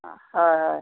হয় হয়